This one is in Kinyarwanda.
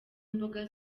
imboga